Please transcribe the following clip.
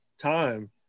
time